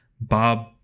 Bob